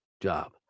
job